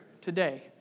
today